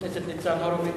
חבר הכנסת ניצן הורוביץ?